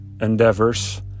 endeavors